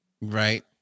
right